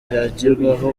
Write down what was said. ryagerwaho